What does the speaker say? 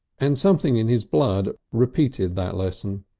and something in his blood repeated that lesson.